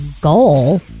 goal